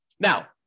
Now